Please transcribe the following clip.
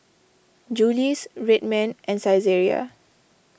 Julie's Red Man and Saizeriya